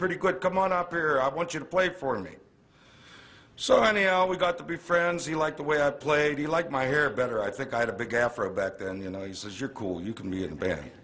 pretty good come on up here i want you to play for me so funny how we got to be friends he like the way i played you like my hair better i think i had a big afro back then you know he says you're cool you can be